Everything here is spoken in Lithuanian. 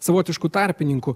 savotišku tarpininku